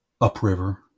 upriver